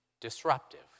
disruptive